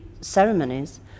ceremonies